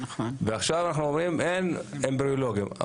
ואנחנו אומרים שאין אמבריולוגים.